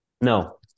No